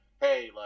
hey